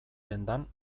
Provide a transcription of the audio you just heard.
dendan